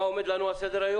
מה עומד לנו על סדר-היום?